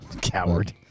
Coward